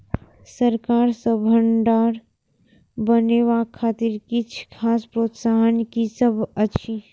सरकार सँ भण्डार बनेवाक खातिर किछ खास प्रोत्साहन कि सब अइछ?